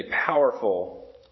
powerful